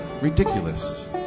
Ridiculous